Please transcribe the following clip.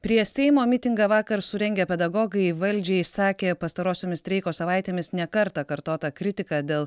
prie seimo mitingą vakar surengę pedagogai valdžiai sakė pastarosiomis streiko savaitėmis ne kartą kartotą kritiką dėl